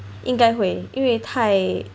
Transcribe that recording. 应该会因为太 generic